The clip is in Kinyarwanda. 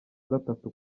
gatatu